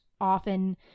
often